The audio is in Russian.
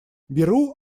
беру